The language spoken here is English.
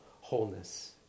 wholeness